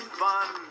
fun